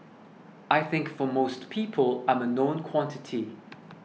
I think for most people I'm a known quantity